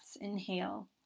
inhale